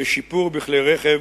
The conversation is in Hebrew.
ושיפור בכלי-רכב